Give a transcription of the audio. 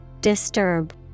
disturb